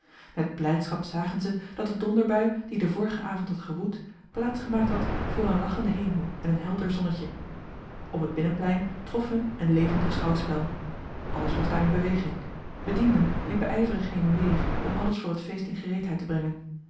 met blijdschap zagen zij dat de donderbui die den vorigen avond had gewoed plaats gemaakt had voor een lachenden hemel en een helder zonnetje op het binnenplein trof hun een levendig schouwspel alles was daar in beweging bedienden liepen ijverig heen en weer om alles voor het feest in gereedheid te brengen